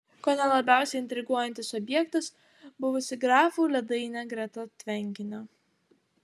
kone labiausiai intriguojantis objektas buvusi grafų ledainė greta tvenkinio